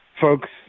folks